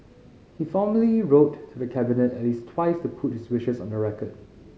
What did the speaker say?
he formally wrote to the Cabinet at least twice to put his wishes on the record